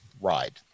ride